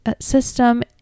system